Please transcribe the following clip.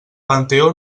panteó